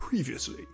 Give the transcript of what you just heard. Previously